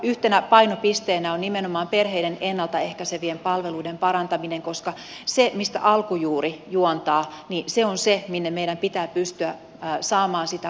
yhtenä painopisteenä on nimenomaan perheiden ennalta ehkäisevien palveluiden parantaminen koska se mistä alkujuuri juontaa on se minne meidän pitää pystyä saamaan sitä vaikutusta